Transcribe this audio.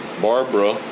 Barbara